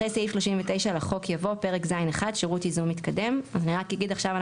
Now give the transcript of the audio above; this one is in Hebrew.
אחרי סעיף 39 לחוק יבוא: אני רק אגיד עכשיו,